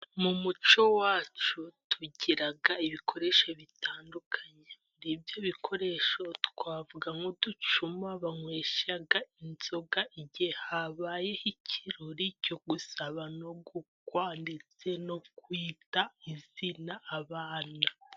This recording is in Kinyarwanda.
Mu muco wacu tugira ibikoresho bitandukanye, muri ibyo bikoresho twavuga nk'uducuma banywesha inzoga igihe habayeho ikirori cyo gusaba no gukwa, ndetse no kwita izina abana.